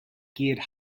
geared